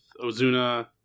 Ozuna